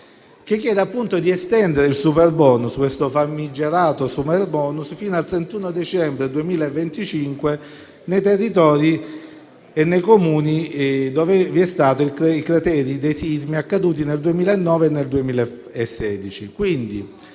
che chiede appunto di estendere questo famigerato superbonus fino al 31 dicembre 2025 nei territori e nei Comuni dove insistono i crateri dei sismi accaduti nel 2009 e nel 2016.